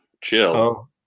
Chill